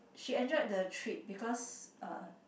she enjoyed the trip because uh